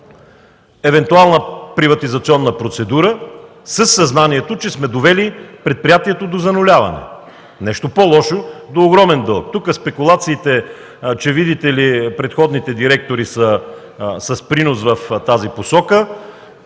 евентуална приватизационна процедура със съзнанието, че сме довели предприятието до зануляване, нещо по-лошо – до огромен дълг. Тук спекулациите, че, видите ли, предходните директори са с принос в тази посока,